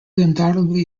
undoubtedly